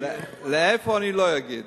איפה אני לא אגיד.